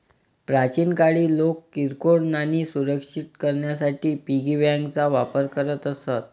प्राचीन काळी लोक किरकोळ नाणी सुरक्षित करण्यासाठी पिगी बँकांचा वापर करत असत